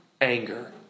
Anger